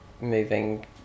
moving